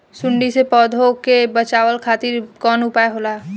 सुंडी से पौधा के बचावल खातिर कौन उपाय होला?